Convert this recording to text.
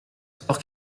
sport